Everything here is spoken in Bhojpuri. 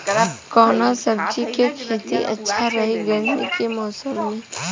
कवना सब्जी के खेती अच्छा रही गर्मी के मौसम में?